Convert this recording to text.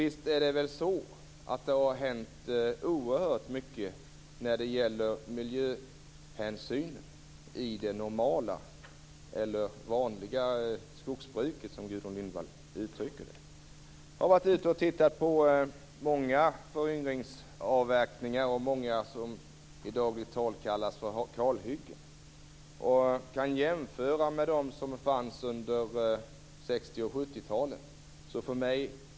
Visst är det så att det har hänt oerhört mycket när det gäller miljöhänsynen i det normala eller vanliga skogsbruket, som Gudrun Lindvall uttrycker det. Jag har varit ute och tittat på många föryngringsavverkningar och många exempel på det som i dagligt tal kallas kalhyggen. Jag kan jämföra med dem som fanns under 60 och 70-talen.